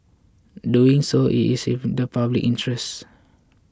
doing so is in the public interest